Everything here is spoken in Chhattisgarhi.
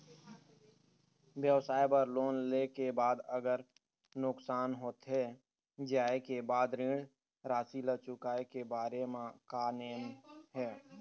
व्यवसाय बर लोन ले के बाद अगर नुकसान होथे जाय के बाद ऋण राशि ला चुकाए के बारे म का नेम हे?